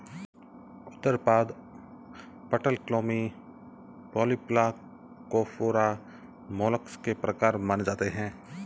उदरपाद, पटलक्लोमी, polyplacophora, mollusc के प्रकार माने जाते है